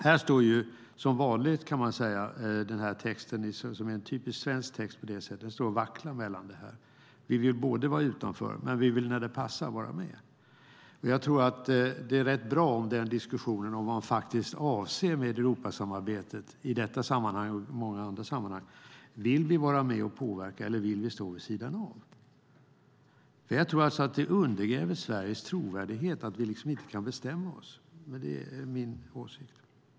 Här står, som vanligt, kan man säga, den här texten som är en typiskt svensk text i det avseendet, och vacklar. Vi vill vara utanför men vi vill när det passar vara med. Jag tror att det är rätt bra om diskussionen förs om vad man faktiskt avser med Europasamarbetet i detta sammanhang och många andra sammanhang. Vill vi vara med och påverka eller vill vi stå vid sidan av? Jag tror att det undergräver Sveriges trovärdighet att vi inte kan bestämma oss. Det är min åsikt.